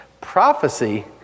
Prophecy